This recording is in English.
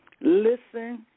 listen